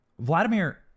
Vladimir